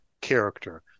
character